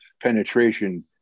penetration